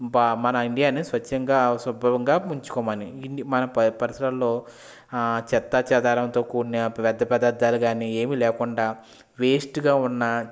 మన ఇండియా అనేది స్వచ్ఛంగా శుభ్రంగా ఉంచుకోమని మన పరిసరాల్లో చెత్తా చెదారంతో కూడిన వ్యర్ధపదాలన్నీ ఏవి లేకుండా వేస్ట్ గా ఉన్న